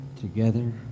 together